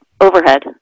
overhead